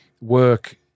work